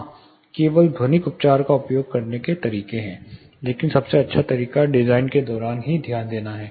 हां केवल ध्वनिक उपचार का उपयोग करने के तरीके हैं लेकिन सबसे अच्छा तरीका डिजाइन के दौरान ध्यान देना है